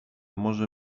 może